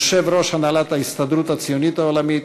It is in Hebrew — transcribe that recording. יושב-ראש הנהלת ההסתדרות הציונית העולמית,